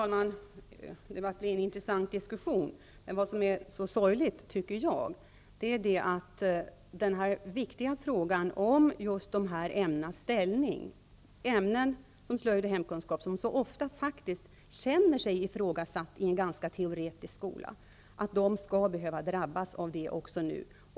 Fru talman! Det blev en intressant diskussion. Men det sorgliga här är, tycker jag, den viktiga frågan om de aktuella ämnenas ställning. Ämnena slöjd och hemkunskap upplevs faktiskt ofta som ifrågasatta i en ganska så teoretiskt inriktad skola. Det är sorgligt om dessa ämnen skall behöva drabbas på det här sättet.